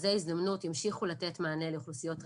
מרכזי ההזדמנות ימשיכו לתת מענה לאוכלוסיות רווחה,